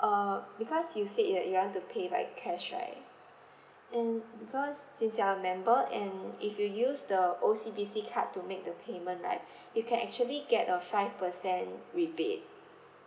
uh because you said that you want to pay by cash right and because since you are a member and if you use the O_C_B_C card to make the payment right you can actually get a five percent rebate